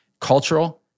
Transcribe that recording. cultural